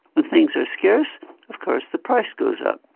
when things are scarce of course the price goes up,